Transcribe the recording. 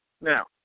Now